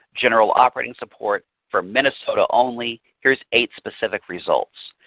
general operating support, for minnesota only. here's eight specific results.